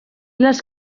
les